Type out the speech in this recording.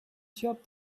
job